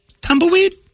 tumbleweed